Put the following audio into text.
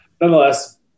Nonetheless